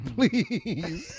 Please